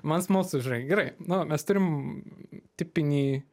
man smalsu žinai gerai nu mes turim tipinį